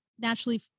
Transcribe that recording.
naturally